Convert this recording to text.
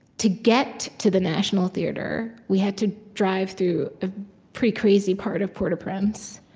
to get to the national theater, we had to drive through a pretty crazy part of port-au-prince.